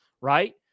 Right